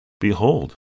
behold